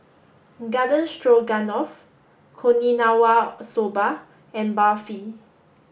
Garden Stroganoff Okinawa Soba and Barfi